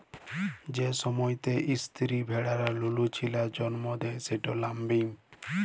যে সময়তে ইস্তিরি ভেড়ারা লুলু ছিলার জল্ম দেয় সেট ল্যাম্বিং